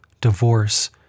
divorce